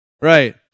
right